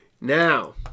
Now